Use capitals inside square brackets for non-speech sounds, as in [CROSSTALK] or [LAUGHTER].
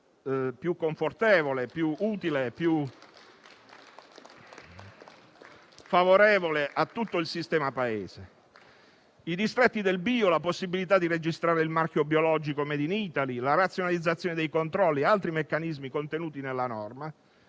più confortevole, più utile e più favorevole a tutto il sistema Paese. [APPLAUSE] I distretti del bio, la possibilità di registrare il marchio biologico *Made in Italy*, la razionalizzazione dei controlli e altri meccanismi contenuti nella norma